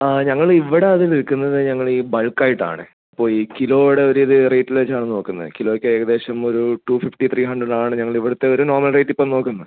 ആ ഞങ്ങൾ ഇവിടെ അത് വിൽക്കുന്നത് ഞങ്ങൾ ഈ ബൾക്ക് ആയിട്ടാണേ അപ്പോൾ ഈ കിലോടെ ഒരിത് റേറ്റിൽ വെച്ചാണ് നോക്കുന്നത് കിലോയ്ക്ക് ഏകദേശം ഒരു ടു ഫിഫ്റ്റി ത്രീ ഹണ്ട്രഡ് ആണ് ഞങ്ങൾ ഇവിടുത്തെ ഒരു നോർമൽ റേറ്റ് ഇപ്പം നോക്കുന്നത്